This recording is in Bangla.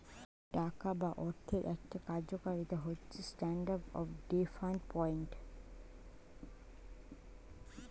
টাকা বা অর্থের একটা কার্যকারিতা হচ্ছে স্ট্যান্ডার্ড অফ ডেফার্ড পেমেন্ট